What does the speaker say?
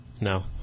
No